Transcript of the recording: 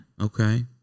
Okay